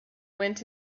went